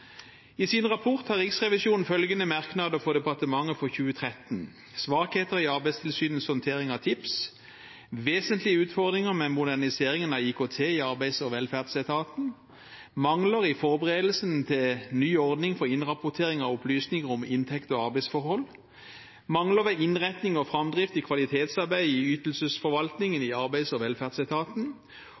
I sin rapport har Riksrevisjonen følgende merknader for departementet for 2013: svakheter i Arbeidstilsynets håndtering av tips vesentlige utfordringer med moderniseringen av IKT i Arbeids- og velferdsetaten mangler i forberedelsen til ny ordning for innrapportering av opplysninger om inntekt og arbeidsforhold mangler i innretning og framdrift i kvalitetsarbeidet i ytelsesforvaltningen i Arbeids- og velferdsetaten